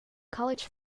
college